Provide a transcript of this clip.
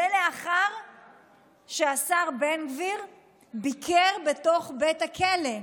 זה לאחר שהשר בן גביר ביקר בתוך בית הכלא,